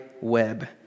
web